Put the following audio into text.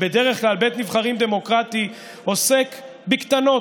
שבדרך כלל" בית נבחרים דמוקרטי עוסק בקטנות,